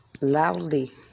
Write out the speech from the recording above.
loudly